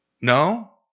No